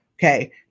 Okay